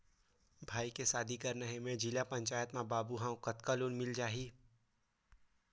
भाई के शादी करना हे मैं जिला पंचायत मा बाबू हाव कतका लोन मिल जाही?